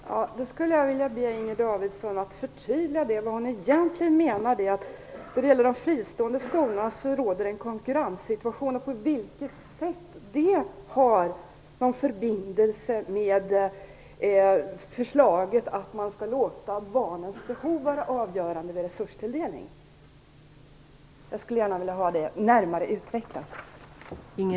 Fru talman! Jag skulle vilja be Inger Davidson att förtydliga sig. Vad menar hon egentligen när hon säger att det råder en konkurrenssituation vad gäller de fristående skolorna? På vilket sätt har det samband med förslaget att man skall låta barnens behov vara avgörande vid resurstilldelningen? Jag skulle gärna vilja få de frågorna närmare utvecklade.